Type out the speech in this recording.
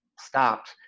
stopped